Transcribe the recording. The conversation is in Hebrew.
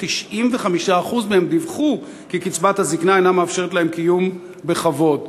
95% מהם דיווחו שקצבת הזיקנה אינה מאפשרת להם קיום בכבוד.